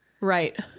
Right